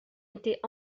était